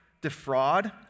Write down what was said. Defraud